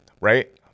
right